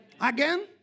Again